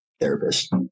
therapist